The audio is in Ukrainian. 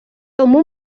тому